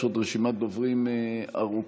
יש עוד רשימת דוברים ארוכה.